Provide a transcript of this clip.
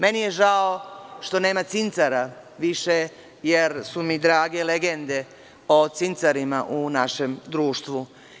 Meni je žao što nema Cincara više, jer su mi drage legende o Cincarima u našem društvu.